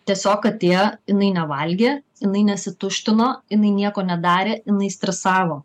tiesiog katė jinai nevalgė jinai nesituštino jinai nieko nedarė jinai stresavo